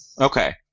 Okay